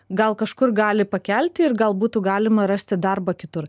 gal kažkur gali pakelti ir gal būtų galima rasti darbą kitur